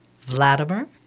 Vladimir